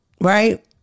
right